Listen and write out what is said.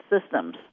systems